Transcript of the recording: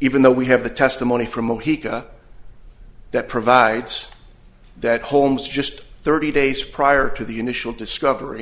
even though we have the testimony from that provides that holmes just thirty days prior to the initial discovery